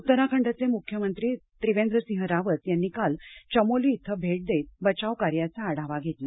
उत्तराखंडचे मुख्यमंत्री त्रिवेन्द्र्सिंह रावत यांनी काल चमोली इथं भेट देत बचाव कार्याचा आढावा घेतला